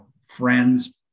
friends